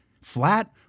flat